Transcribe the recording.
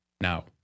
now